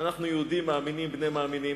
אנחנו יהודים מאמינים בני מאמינים,